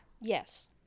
Yes